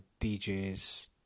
DJs